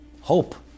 hope